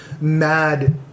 mad